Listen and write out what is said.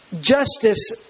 justice